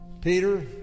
Peter